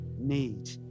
need